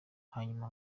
hanyuma